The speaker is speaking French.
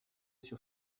sur